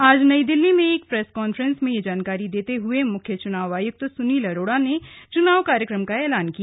आज नई दिल्ली में एक प्रेस कॉन्फ्रेंस में यह जानकारी देते हुए मुख्य चुनाव आयुक्त सुनील अरोड़ा ने चुनाव कार्यक्रम का एलान किया